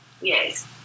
Yes